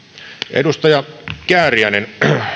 edustaja kääriäinen